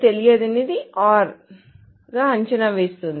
తెలియనిది OR తెలియనిదిగా అంచనా వేస్తుంది